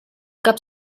cap